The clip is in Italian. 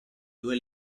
due